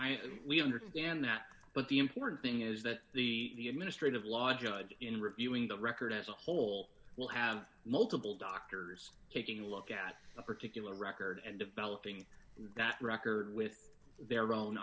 i understand that but the important thing is that the ministry of law judge in reviewing the record as a whole will have multiple doctors taking a look at a particular record and developing that record with their own